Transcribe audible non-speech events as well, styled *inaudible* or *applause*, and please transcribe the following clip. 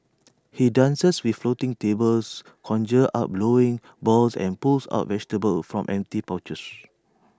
*noise* he dances with floating tables conjures up bowling balls and pulls out vegetables from empty pouches